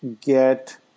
get